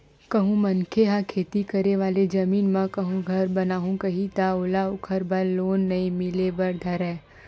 कहूँ मनखे ह खेती करे वाले जमीन म कहूँ घर बनाहूँ कइही ता ओला ओखर बर लोन नइ मिले बर धरय